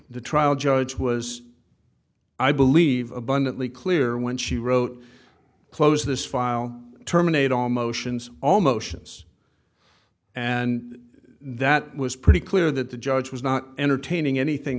the trial judge was i believe abundantly clear when she wrote close this file terminate all motions all motions and that was pretty clear that the judge was not entertaining anything